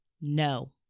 no